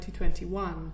2021